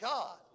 God